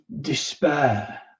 despair